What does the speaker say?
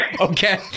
Okay